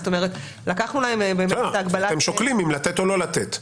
אז אתם שוקלים אם לתת או לא לתת.